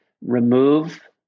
remove